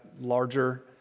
larger